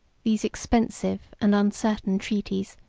these expensive and uncertain treaties,